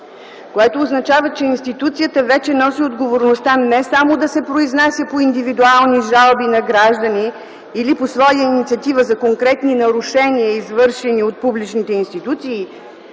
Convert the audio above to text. което означава, че институцията вече носи отговорността не само да се произнася по индивидуални жалби на граждани или по своя инициатива за конкретни нарушения извършени от публичните институции,